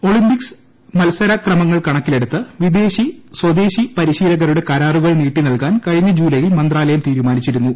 Olympic മത്സര ക്രമങ്ങൾ കണക്കിലെടുത്ത് വിദേശി സ്വദേശി പരിശീലകരുടെ കരാറുകൾ നീട്ടിനൽകാൻ കഴിഞ്ഞ ജൂലൈയിൽ മന്ത്രാലയം തീരുമാനിച്ചിരുന്നു